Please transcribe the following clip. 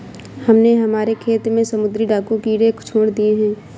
हमने हमारे खेत में समुद्री डाकू कीड़े छोड़ दिए हैं